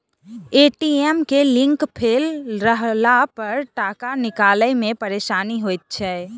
ATM के link fail रहलापर टाका निकालै मे परेशानी होइत छै